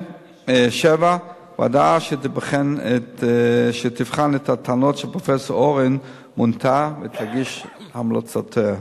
ועדה שתבחן את הטענות של פרופסור אורן מונתה ותגיש המלצותיה.